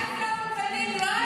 באולפנים לא היית,